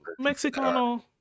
mexicano